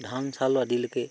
ধান চাউল আদিলৈকে